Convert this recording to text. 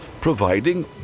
providing